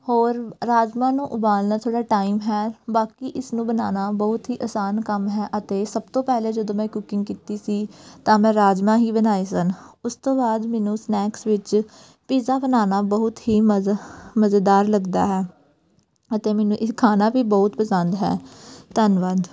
ਹੋਰ ਰਾਜਮਾਂਹ ਨੂੰ ਉਬਾਲਣਾ ਥੋੜ੍ਹਾ ਟਾਈਮ ਹੈ ਬਾਕੀ ਇਸਨੂੰ ਬਣਾਉਣਾ ਬਹੁਤ ਹੀ ਆਸਾਨ ਕੰਮ ਹੈ ਅਤੇ ਸਭ ਤੋਂ ਪਹਿਲਾਂ ਜਦੋਂ ਮੈਂ ਕੁਕਿੰਗ ਕੀਤੀ ਸੀ ਤਾਂ ਮੈਂ ਰਾਜਮਾਂਹ ਹੀ ਬਣਾਏ ਸਨ ਉਸ ਤੋਂ ਬਾਅਦ ਮੈਨੂੰ ਸਨੈਕਸ ਵਿੱਚ ਪੀਜ਼ਾ ਬਣਾਉਣਾ ਬਹੁਤ ਹੀ ਮਜ਼ਾ ਮਜੇਦਾਰ ਲੱਗਦਾ ਹੈ ਅਤੇ ਮੈਨੂੰ ਇਹ ਖਾਣਾ ਵੀ ਬਹੁਤ ਪਸੰਦ ਹੈ ਧੰਨਵਾਦ